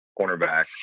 cornerback